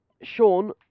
Sean